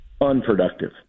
unproductive